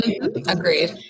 Agreed